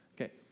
Okay